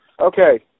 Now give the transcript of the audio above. Okay